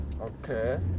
Okay